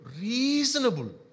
reasonable